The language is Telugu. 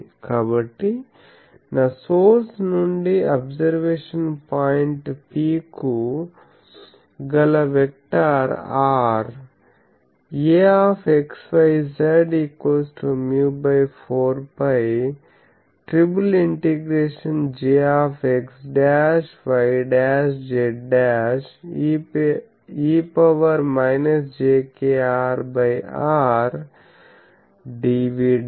కాబట్టి నా సోర్స్ నుండి అబ్జర్వేషన్ పాయింట్ P కు గల vector R A μ4π ∭Jx'y'z' e jkR R dv'